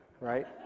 right